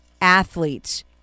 athletes